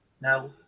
Now